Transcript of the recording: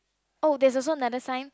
oh there's also another sign